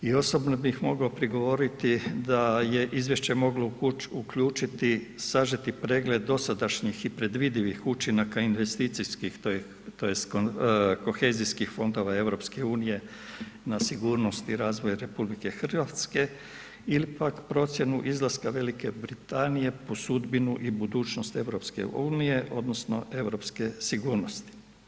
I osobno bih mogao prigovoriti da je izvješće moglo uključiti sažeti pregled dosadašnjih i predvidivih učinaka investicijskih tj. kohezijskih Fondova EU na sigurnost i razvoj RH ili pak procjenu izlaska Velike Britanije po sudbinu i budućnost EU odnosno europske sigurnosti.